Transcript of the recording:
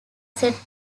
set